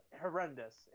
horrendous